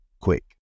quick